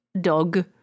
dog